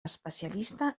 especialista